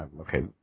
Okay